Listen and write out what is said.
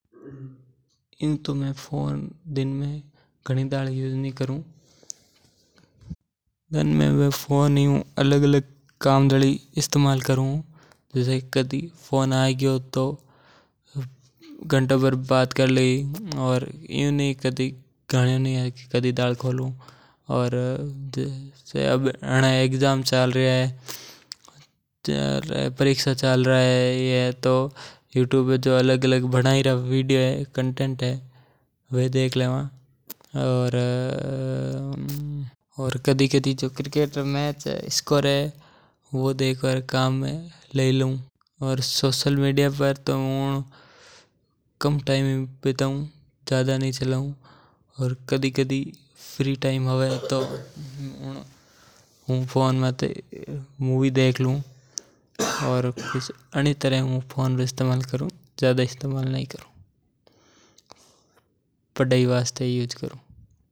एयू तो में फोन दिन में घणी वार यूज़ नी करत जीसे कदी फोन आ गयो या कोई काम है गयो। इयू जिया हामे परीक्षा चले जना यूट्यूब रो अलग अलग कॉन्टेंट हव वो देख लू। घणी वार मूवी या पाछे खेल भी देखलू घणी वार न्यूज़ भी देखिया करू। आणी प्रकार मोबाइल तो यूज़ करू।